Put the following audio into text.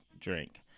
drink